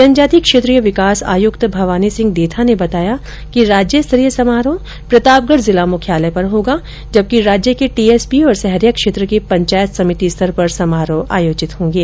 जनजाति क्षेत्रीय विकास आयुक्त भवानी सिंह देथा ने बताया कि राज्य स्तरीय समारोह प्रतापगढ़ जिला मुख्यालय पर होगा जबकि राज्य के टीएसपी और सहरिया क्षेत्र के पंचायत समिति स्तर पर समारोह आयोजित होंगे